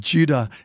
Judah